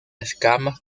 escamas